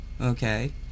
okay